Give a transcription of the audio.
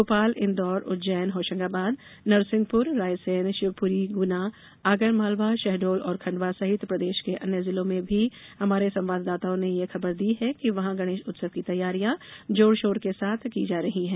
भोपाल इंदौर उज्जैन होशंगाबाद नरसिंहपुर रायसेन शिवपुरी गुना आगरमालवा शहडोल और खंडवा सहित प्रदेश के अन्य जिलों से भी हमारे संवाददाताओं ने खबर दी है कि वहां गणेश उत्सव की तैयारियां जोर शोर के साथ की जा रही हैं